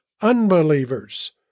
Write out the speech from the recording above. unbelievers